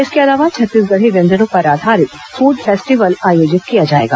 इसके अलावा छत्तीसगढ़ी व्यंजनो पर आघारित फूड फेस्टिवल आयोजित किया जाएगा